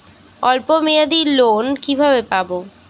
অল্প মেয়াদি লোন কিভাবে পাব?